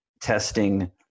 testing